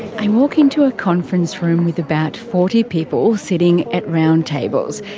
i walk into a conference room with about forty people sitting at round tables.